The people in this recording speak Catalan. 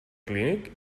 clínic